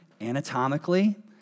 anatomically